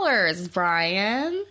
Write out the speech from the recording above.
Brian